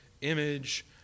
image